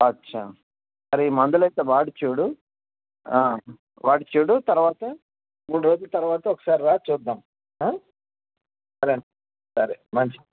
అచ్చా సరే ఈ మందులు అయితే వాడి చూడు వాడి చూడు తర్వాత మూడు రోజుల తర్వాత ఒకసారి రా చూద్దాం సరే అమ్మ సరే మంచిది